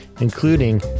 including